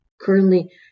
Currently